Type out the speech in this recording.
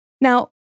Now